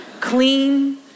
clean